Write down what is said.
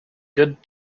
good